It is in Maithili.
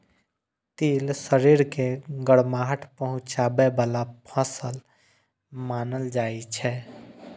तिल शरीर के गरमाहट पहुंचाबै बला फसल मानल जाइ छै